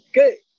good